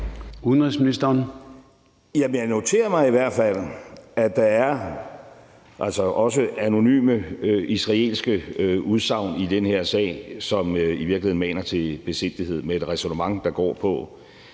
Rasmussen): Jeg noterer mig i hvert fald, at der altså også er anonyme israelske udsagn i den her sag, som i virkeligheden maner til besindighed med et ræsonnement, der går på,